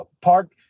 Park